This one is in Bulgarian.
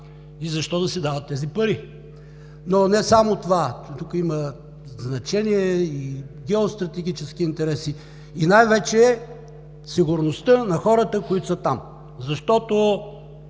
и защо да се дават тези пари? Но не само това. Тук имат значение и геостратегическите интереси и най-вече сигурността на хората, които са там, защото